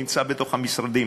נמצא בתוך המשרדים.